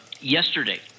yesterday